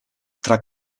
tra